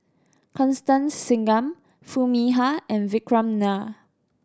Constance Singam Foo Mee Har and Vikram Nair